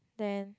then